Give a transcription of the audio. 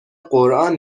قرآن